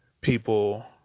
people